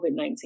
COVID-19